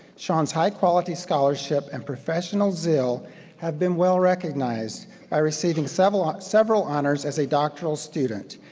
sean's high quality scholarship and professional zeal have been well recognized by receiving several ah several honors as a doctoral student.